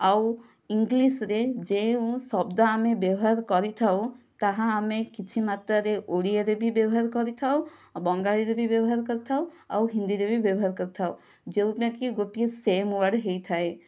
ଆଉ ଇଂଲିଶ ରେ ଯେଉଁ ଶବ୍ଦ ଆମେ ବ୍ୟବହାର କରିଥାଉ ତାହା ଆମେ କିଛି ମାତ୍ରାରେ ଓଡ଼ିଆରେ ବି ବ୍ୟବହାର କରିଥାଉ ଆଉ ବଙ୍ଗାଳୀରେ ବି ବ୍ୟବହାର କରିଥାଉ ଆଉ ହିନ୍ଦୀରେ ବି ବ୍ୟବହାର କରିଥାଉ ଯେଉଁଟାକି ଗୋଟିଏ ସେମ୍ ୱାର୍ଡ଼ ହୋଇଥାଏ